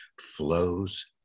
flows